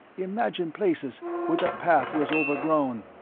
imagine places where the path was overgrown,